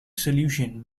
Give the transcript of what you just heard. solution